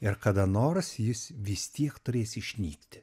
ir kada nors jis vis tiek turės išnykti